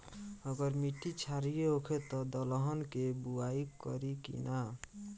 अगर मिट्टी क्षारीय होखे त दलहन के बुआई करी की न?